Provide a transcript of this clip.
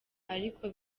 ariko